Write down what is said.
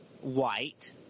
white